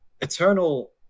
Eternal